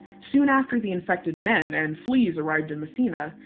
soon after the infected men and fleas arrived in messina,